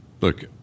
look